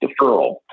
deferral